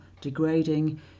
degrading